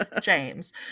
James